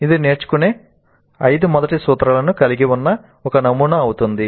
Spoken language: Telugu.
ఇది నేర్చుకునే ఐదు మొదటి సూత్రాలను కలిగి ఉన్న ఒక నమూనా అవుతుంది